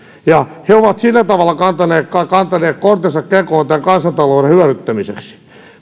he ovat sillä tavalla kantaneet kortensa kekoon tämän kansantalouden hyödyttämiseksi